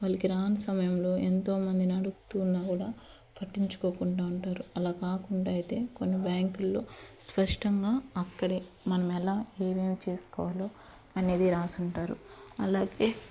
వాళ్ళకి రాని సమయంలో ఎంతో మందిని అడుగుతున్నా కూడా పట్టించుకోకుండా ఉంటారు అలా కాకుండా అయితే కొన్ని బ్యాంకుల్లో స్పష్టంగా అక్కడే మనం ఎలా ఏమేం చేసుకోవాలో అనేది రాసి ఉంటారు అలాగే